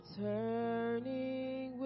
turning